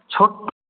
ছোট্ট